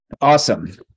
awesome